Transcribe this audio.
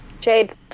Jade